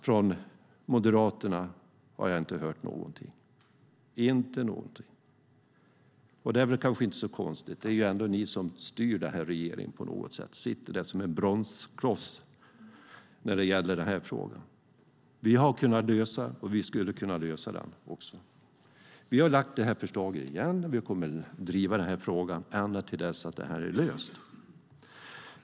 Från Moderaterna har jag inte hört någonting. Det är kanske inte så konstigt. Det är ändå ni som styr regeringen. Ni sitter där som en bromskloss i frågan. Vi skulle kunna lösa frågan. Vi har lagt fram förslaget igen, och vi kommer att driva frågan ända till dess att den är löst.